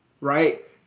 right